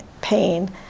pain